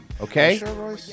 Okay